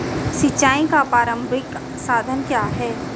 सिंचाई का प्रारंभिक साधन क्या है?